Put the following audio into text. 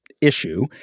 issue